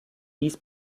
dies